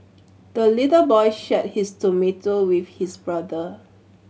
the little boy shared his tomato with his brother